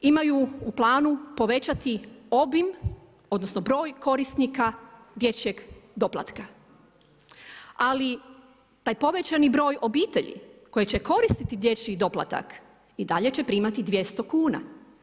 Imaju u planu povećati obim odnosno broj korisnika dječjeg doplatka ali taj povećani broj obitelji koji će koristiti dječji doplatak i dalje će primati 200 kuna.